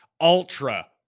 ultra